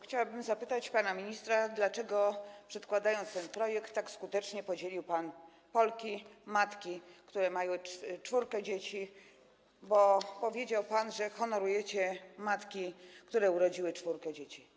Chciałabym zapytać pana ministra, dlaczego przedkładając ten projekt, tak skutecznie podzielił Polki, matki, które mają czwórkę dzieci, bo powiedział pan, że honorujecie matki, które urodziły czwórkę dzieci.